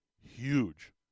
huge